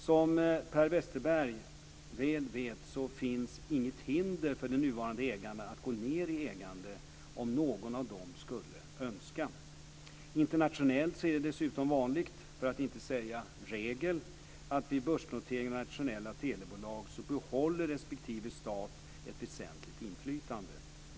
Som Per Westerberg väl vet finns inget hinder för de nuvarande ägarna att gå ned i ägande om någon av dem skulle önska det. Internationellt är det dessutom vanligt, för att inte säga regel, att respektive stat behåller ett väsentligt inflytande vid börsnotering av nationella telebolag.